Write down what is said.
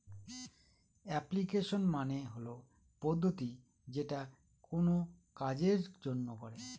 application মানে হল পদ্ধতি যেটা কোনো কাজের জন্য করে